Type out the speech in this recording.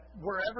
wherever